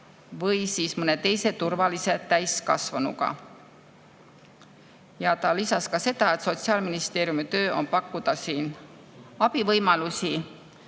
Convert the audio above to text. või mõne teise turvalise täiskasvanuga. Ta lisas ka seda, et Sotsiaalministeeriumi töö on pakkuda abivõimalusi